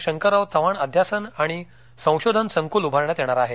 शंकरराव चव्हाण अध्यासन आणि संशोधन संकूल उभारण्यात येणार आहे